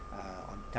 uh on time